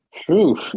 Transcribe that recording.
true